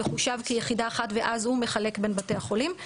מחושב כיחידה אחת ואז הוא מחלק בין בתי החולים.